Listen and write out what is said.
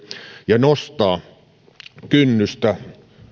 ja nostaa kynnystä